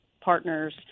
partners